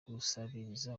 gusabiriza